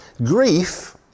Grief